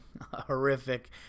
horrific